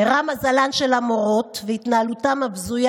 איתרע מזלן של המורות והתנהלותן הבזויה